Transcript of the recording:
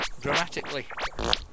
dramatically